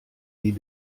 need